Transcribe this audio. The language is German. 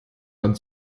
dann